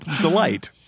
delight